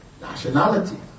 nationality